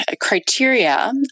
criteria